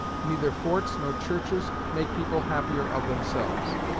neither forts nor churches make people happier of themselves.